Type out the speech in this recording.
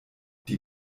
die